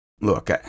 look